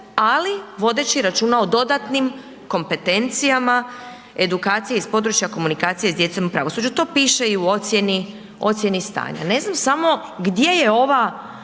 ali vodeći računa o dodatnim kompetencijama edukacije iz područja komunikacije s djecom u pravosuđu. To piše i u ocjeni stanja. Ne znam samo gdje je ova